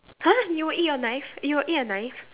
!huh! you will eat your knife you will eat a knife